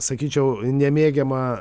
sakyčiau nemėgiamą